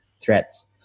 threats